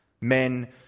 Men